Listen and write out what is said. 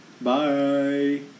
Bye